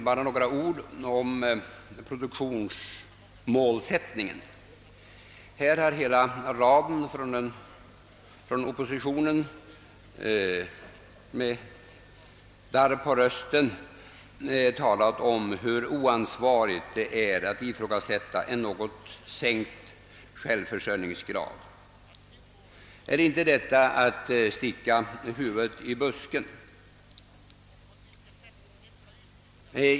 Bara några ord om produktionsmålsättningen. Här har hela raden av talare från oppositionen med darr på rösten talat om hur oansvarigt det är att ifrågasätta en något sänkt självförsörjningsgrad. Är inte detta att sticka huvudet i busken?